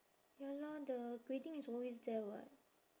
ya lah the grading is always there [what]